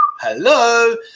hello